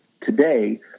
today